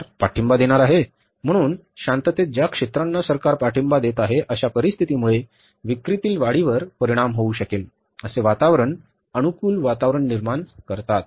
सरकार पाठिंबा देणार आहे म्हणून शांततेत ज्या क्षेत्रांना सरकार पाठिंबा देत आहे अशा परिस्थितीमुळे विक्रीतील वाढीवर परिणाम होऊ शकेल असे वातावरण अनुकूल वातावरण निर्माण करतात